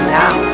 now